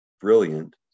brilliant